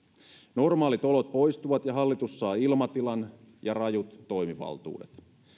normaalit olot poistuvat ja hallitus saa ilmatilan ja rajut toimivaltuudet